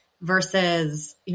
versus